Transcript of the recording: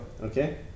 Okay